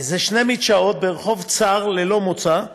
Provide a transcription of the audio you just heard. שתי מדשאות ברחוב צר ללא מוצא.